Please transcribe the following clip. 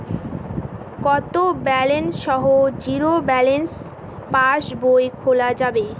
কত ব্যালেন্স সহ zero balance পাসবই খোলা যাবে?